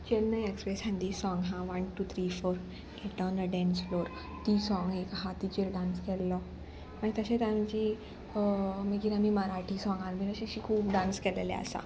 चेन्नय एक्सप्रेस आनी ती सोंग आहा one two three four get on the dance floor ती सोंग एक आहा तिचेर डांस केल्लो मागीर तशेंच आमची मागीर आमी मराठी सोंगान बीन अशी खूब डांस केलेले आसा